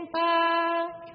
back